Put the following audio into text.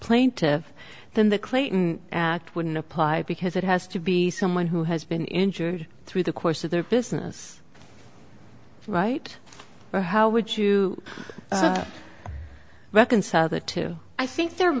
plaintive than the clayton wouldn't apply because it has to be someone who has been injured through the course of their business right now how would you reconcile the two i think there